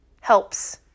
helps